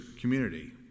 community